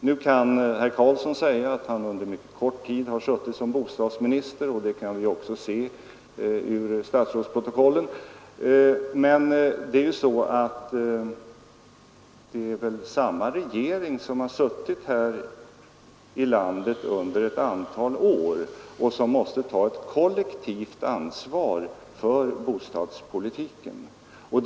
Nu kan herr Carlsson säga att han under mycket kort tid har suttit som bostadsminister — och det framgår också av statsrådsprotokollen — men regeringen har ändå suttit under ett antal år och måste ta ett kollektivt ansvar för bostadspolitiken i vårt land.